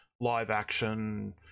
live-action